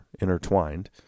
intertwined